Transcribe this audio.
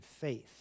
faith